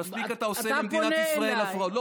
מספיק אתה עושה למדינת ישראל הפרעות.